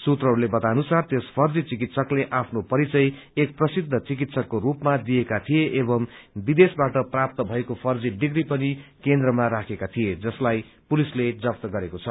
सूत्रहरूले बताए अनुसार त्यस फर्जी चिकित्सकले आफ्नो परिचय एक प्रसिद्ध चिकित्सकको रूपमा दिएका थिए एवम् विदेशबाट प्राप्त भएको फर्जी डिग्री पनि केन्द्रमा राखेका थिए जसलाई पुलिसले जफत गरेको छ